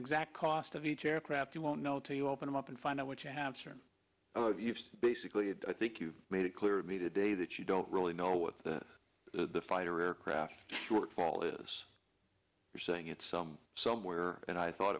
exact cost of each aircraft you won't know till you open it up and find out what you have certain basically i think you made it clear to me today that you don't really know what the fighter aircraft shortfall is you're saying it's somewhere and i thought